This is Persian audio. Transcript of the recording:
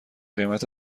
قیمت